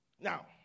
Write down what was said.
Now